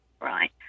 right